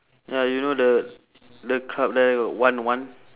ya you know the the club there wan wan